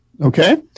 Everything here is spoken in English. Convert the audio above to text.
okay